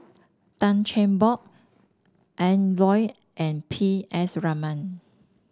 Tan Cheng Bock Ian Loy and P S Raman